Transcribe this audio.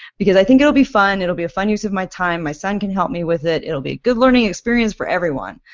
because i think it will be fun, it will be a fun use of my time, my son can help me with it it will be a good learning experience for everyone,